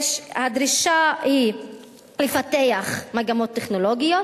הדרישה היא לפתח מגמות טכנולוגיות,